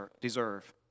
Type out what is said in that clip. deserve